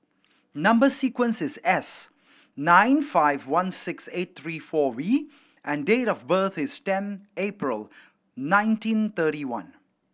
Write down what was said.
number sequence is S nine five one six eight three four V and date of birth is ten April nineteen thirty one